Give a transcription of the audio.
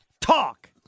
talk